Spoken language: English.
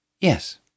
Yes